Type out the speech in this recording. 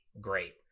great